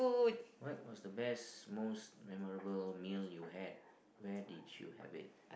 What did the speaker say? what was the best most memorable meal you had where did you have it